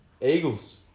Eagles